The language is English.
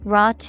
Raw